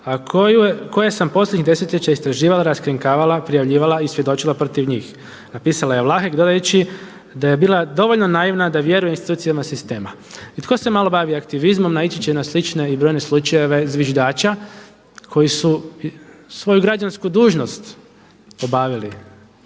koje sam posljednjih desetljeća istraživala, raskrinkavala, prijavljivala i svjedočila protiv njih – napisala je … /ne razumije se/ da je bila dovoljno naivna da vjeruje institucijama sistema. I tko se malo bavi aktivizmom, naići će na slične i brojne slučajeve zviždača koji su svoju građansku dužnost obavili